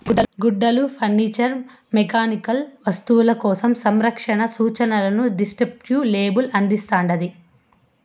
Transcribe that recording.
గుడ్డలు furniture mechanical వస్తువులు సంరక్షణ కోసం సూచనలని డిస్క్రిప్టివ్ లేబుల్ అందిస్తాండాది